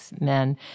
men